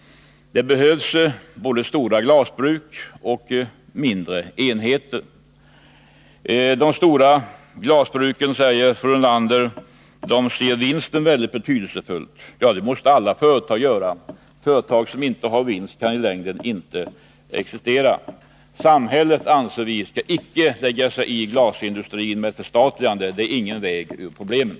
Det behövs både stora glasbruk och mindre enheter. De stora glasbruken, säger fru Nordlander, ser vinsten som väldigt betydelsefull. Ja, det måste alla företag göra. Företag som inte har vinst kan i längden inte existera. Samhället skall inte, anser vi, tillgripa detaljreglering av glasindustrin. Förstatligande är ingen väg ur problemen.